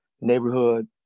neighborhood